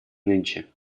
нынче